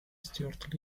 stuart